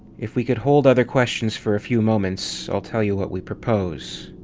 if we could hold other questions for a few moments, i'll tell you what we propose.